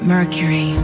Mercury